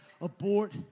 Abort